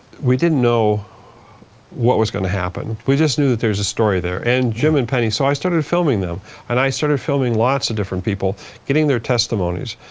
we didn't know what was going to happen. we just knew that there's a story there and jim and penny so i started filming them and i started filming lots of different people getting their testimonies.